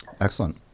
Excellent